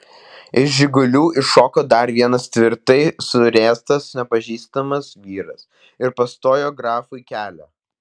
iš žigulių iššoko dar vienas tvirtai suręstas nepažįstamas vyras ir pastojo grafui kelią